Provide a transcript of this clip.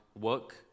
work